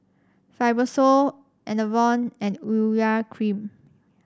Fibrosol Enervon and Urea Cream